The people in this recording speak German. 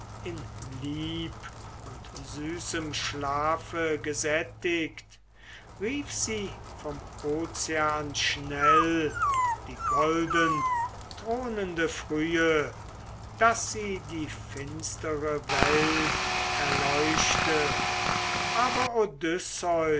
in lieb und süßem schlafe gesättigt rief sie vom ozean schnell die goldenthronende frühe daß sie die finstere welt erleuchtete aber odysseus